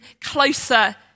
closer